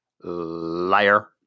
liar